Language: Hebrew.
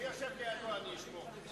אני יושב לידו, אני אשמור.